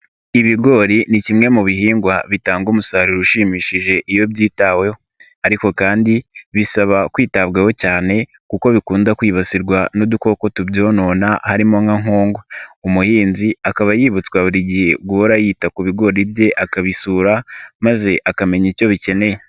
Ibigori ni kimwe mu bihingwa bitanga umusaruro ushimishije iyo byitaweho ariko kandi bisaba kwitabwaho cyane kuko bikunda kwibasirwa n'udukoko tubyonona, harimo nka nkongo. Umuhinzi akaba yibutswa buri gihe guhora yita ku bigori bye, akabisura maze akamenya icyo bikeneye.